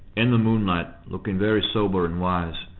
in the moonlight, looking very sober and wise,